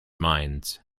minds